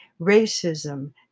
racism